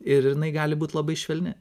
ir jinai gali būt labai švelni